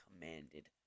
commanded